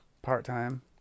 part-time